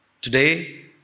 Today